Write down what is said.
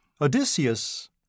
Odysseus